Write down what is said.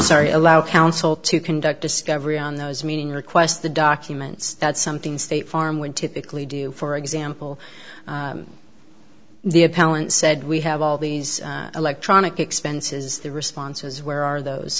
sorry allow counsel to conduct discovery on those meeting requests the documents that something state farm would typically do for example the appellant said we have all these electronic expenses the responses where are those